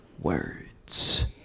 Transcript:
Words